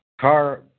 Car